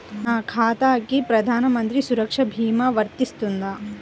నా ఖాతాకి ప్రధాన మంత్రి సురక్ష భీమా వర్తిస్తుందా?